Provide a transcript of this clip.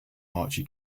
archie